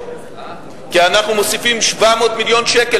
כי אנחנו מוסיפים 700 מיליון שקל,